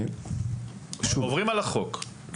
הם עוברים על החוק,